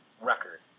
record